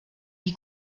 die